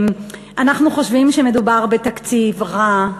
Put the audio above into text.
אנחנו חושבים שמדובר בתקציב רע.